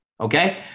okay